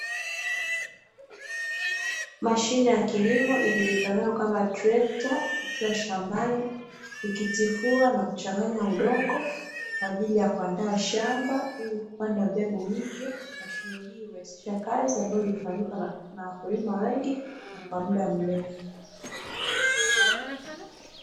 Mashine ya kilimo ijulikanayo kama trekta ikiwa shambani, ikitifua na kuchanganya udongo kwa ajili ya kuandaa shamba ili kupanda mbegu mpya. Mashine hii hurahisisha kazi ambayo hufanyika na wakulima wengi na kwa mda mrefu.